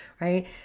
right